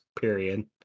Period